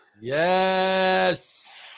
Yes